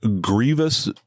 Grievous